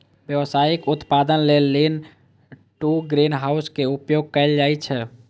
व्यावसायिक उत्पादन लेल लीन टु ग्रीनहाउस के उपयोग कैल जाइ छै